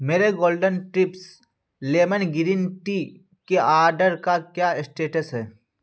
میرے golden tips lemon green tea کے order کا کیا اسٹیٹس ہے